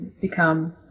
become